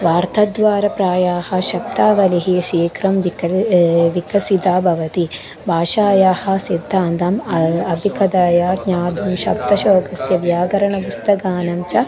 वार्तद्वारा प्रायाः शब्दावलिः शीघ्रं विकासः विकसिता भवति भाषायाः सिद्धान्तम् अधिकतया ज्ञातुं शब्दकोशस्य व्याकरणपुस्तकानां च